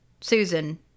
Susan